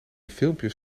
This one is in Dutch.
filmpjes